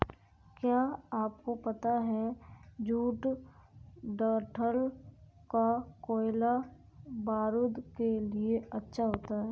क्या आपको पता है जूट डंठल का कोयला बारूद के लिए अच्छा होता है